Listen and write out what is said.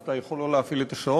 אז אתה יכול לא להפעיל את השעון.